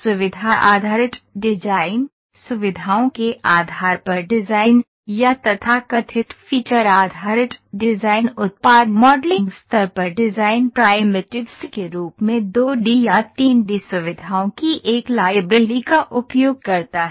सुविधा आधारित डिजाइन सुविधाओं के आधार पर डिज़ाइन या तथाकथित फ़ीचर आधारित डिज़ाइन उत्पाद मॉडलिंग स्तर पर डिज़ाइन प्राइमिटिव्स के रूप में 2 डी या 3 डी सुविधाओं की एक लाइब्रेरी का उपयोग करता है